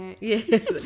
Yes